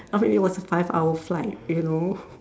I mean it was a five hours flight you know